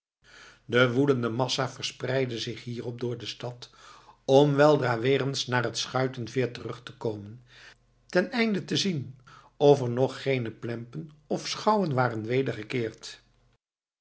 de woelende massa verspreidde zich hierop door de stad om weldra weer eens naar het schuitenveer terug te komen ten einde te zien of er nog geene plempen of schouwen waren